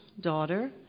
daughter